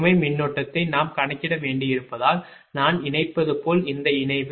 சுமை மின்னோட்டத்தை நாம் கணக்கிட வேண்டியிருப்பதால் நான் இணைப்பது போல் இந்த இணைவு